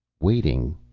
waiting?